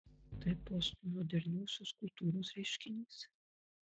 tai postmoderniosios kultūros reiškinys